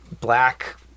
black